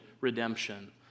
redemption